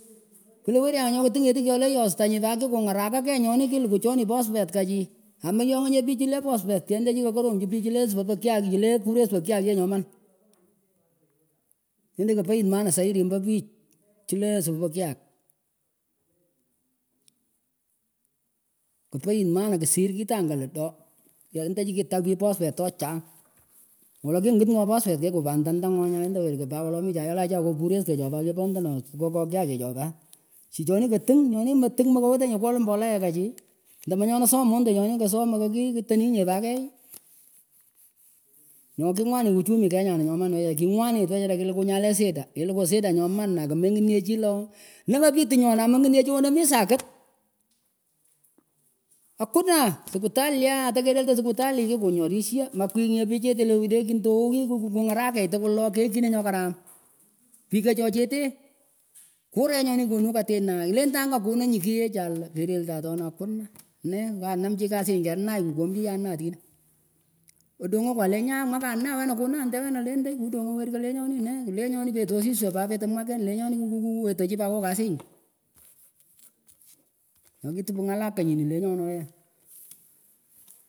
Klah weryangah nyoh katingetih kyoleh yostanyinh pat kikungarakah keyh nyonih kilukuh chonih pospet kahchi amayonyenyah pich chileh pospet tyah endachi kakoromchi pich chileh spopah kyak chileh puress pa kiyak nyoman endah kapait mana zaidi mbo pich chileh spapah kiyak kapait mana ksir kitangah ladoh endachi kitagh pich pospet chochang wolo lakini ngit ngoh pospet kikuh gananda ngoh endah werkah pat wolo michah choleh walaka ngoh puress kah choh pat kepondono spapoh kyakichoh pat chichonih kating nyonih meting mekawetenyeh kwolah mbolea kachih ndah nyonah som mondanyoh nyonih kasom mekakakitenih nyeh pah kigh nyoh kingwanit uchumi kenya nyoman wechara klekuh nyaleh shida kilukuh shida nyoman akimengit nyeh chileh nemepich tinyon amengitnyeh chih wenah mih sakit hakuna sikutalih aah tekereltah sikutali kikunyorishah makwiy nyeh pich cheteh le le kindoghyih kikungarakech tkwul loh keychinah nyokaram pikahchoh cheteh kureh nyonih konuh kutinah endah angah kanunyuh kieychah lah kereltah atonih hakuna nee kanam chih kasinyih kenak yunahtinah edongokah lenyae mwakanah konadeh wenah lendah kudongah werkah lenyonih née lenyonih peteh asiswah pat peteh kasinyih nyoh kitupuh ngalah kanyinih lenyonah wechara.